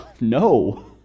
No